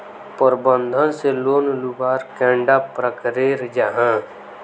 प्रबंधन से लोन लुबार कैडा प्रकारेर जाहा?